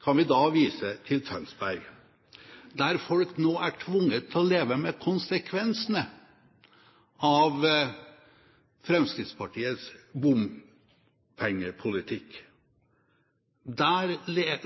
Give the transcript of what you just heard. kan vi da vise til Tønsberg, der folk nå er tvunget til å leve med konsekvensene av Fremskrittspartiets bompengepolitikk. Der